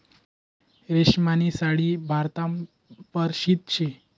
रेशीमनी साडी भारतमा परशिद्ध शे